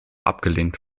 abgelehnt